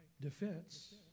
defense